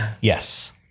Yes